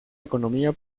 economía